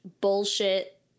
bullshit